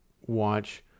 watch